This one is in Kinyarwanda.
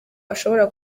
ashobora